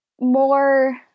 more